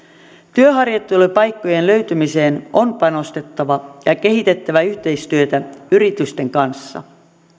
työharjoittelupaikkojen löytymiseen on panostettava ja kehitettävä yhteistyötä yritysten kanssa